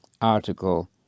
article